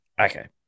Okay